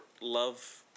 love